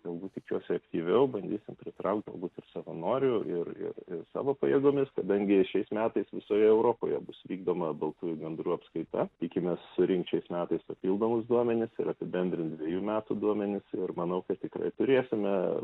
galbūt tikiuosi aktyviau bandysim pritraukt galbūt ir savanorių ir ir ir savo pajėgomis kadangi šiais metais visoje europoje bus vykdoma baltųjų gandrų apskaita tikimės surinkt šiais metais papildomus duomenis ir apibendrint dviejų metų duomenis ir manau kad tikrai turėsime